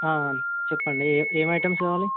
చెప్పండి ఎ ఏం ఐటమ్స్ కావాలి